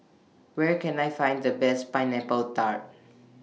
Where Can I Find The Best Pineapple Tart